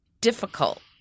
difficult